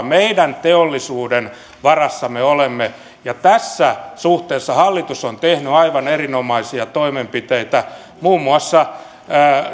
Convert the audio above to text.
meidän teollisuuden varassa me olemme ja tässä suhteessa hallitus on tehnyt aivan erinomaisia toimenpiteitä muun muassa